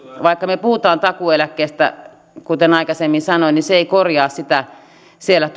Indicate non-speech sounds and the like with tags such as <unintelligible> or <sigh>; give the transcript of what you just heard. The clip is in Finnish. vaikka me puhumme takuueläkkeestä kuten aikaisemmin sanoin niin se ei korjaa siellä <unintelligible>